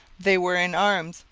they were in arms,